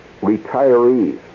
retirees